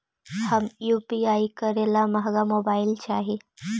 हम यु.पी.आई करे ला महंगा मोबाईल चाही?